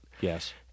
Yes